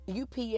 UPS